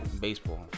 baseball